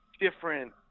different